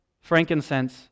frankincense